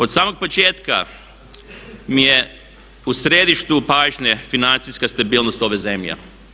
Od samog početka mi je u središtu pažnje financijska stabilnost ove zemlje.